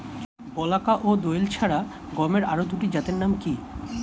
বলাকা ও দোয়েল ছাড়া গমের আরো দুটি জাতের নাম কি?